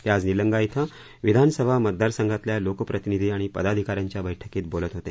ते आज निलंगा वे विधानसभा मतदारसंघातल्या लोकप्रतिनिधी आणि पदाधिकाऱ्यांच्या बैठकीत बोलत होते